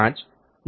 5 69